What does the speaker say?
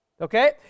Okay